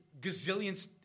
gazillions